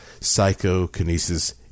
psychokinesis